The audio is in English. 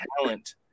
talent